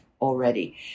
already